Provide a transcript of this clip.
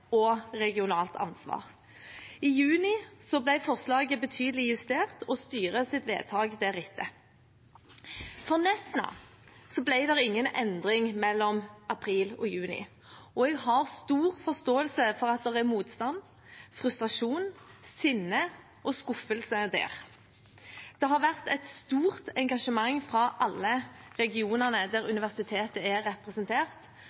og regionalt ansvar. I juni ble forslaget betydelig justert, og styrets vedtak deretter. For Nesna ble det ingen endring mellom april og juni, og jeg har stor forståelse for at det er motstand, frustrasjon, sinne og skuffelse der. Det har vært et stort engasjement fra alle regionene der universitetet er representert.